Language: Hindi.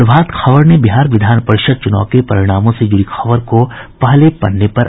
प्रभात खबर ने बिहार विधान परिषद चुनाव के परिणामों से जुड़ी खबर को पहले पन्ने पर स्थान दिया है